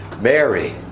Mary